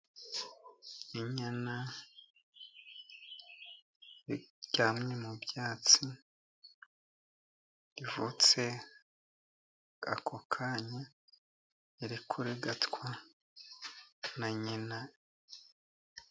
Inyana ziryamye mu byatsi. Ivutse ako kanya, iri kurigatwa na nyina.